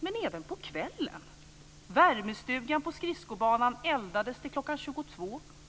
men även på kvällen. Värmestugan vid skridskobanan eldades till klockan 22.